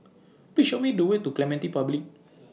Please Show Me The Way to Clementi Public